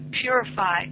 Purify